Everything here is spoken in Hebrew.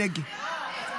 לא.